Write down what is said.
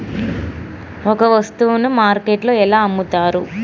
ఒక వస్తువును మార్కెట్లో ఎలా అమ్ముతరు?